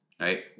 right